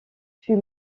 fut